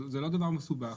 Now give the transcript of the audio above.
זה לא דבר מסובך.